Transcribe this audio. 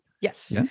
Yes